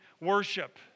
worship